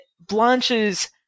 Blanche's